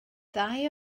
ddau